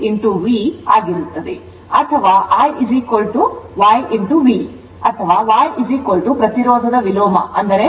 ಅಥವಾ I YV ಅಥವಾ Y ಪ್ರತಿರೋಧದ ವಿಲೋಮ ಆಗಿದೆ